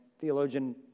theologian